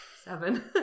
seven